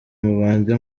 mubanze